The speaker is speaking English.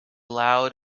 loud